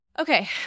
Okay